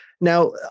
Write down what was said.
Now